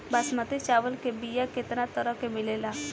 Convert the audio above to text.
बासमती चावल के बीया केतना तरह के मिलेला?